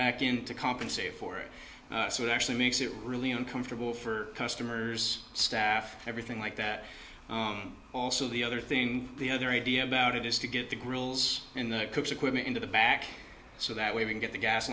back in to compensate for it so it actually makes it really uncomfortable for customers staff everything like that also the other thing the other idea about it is to get the grills in the cook's equipment into the back so that we can get the gas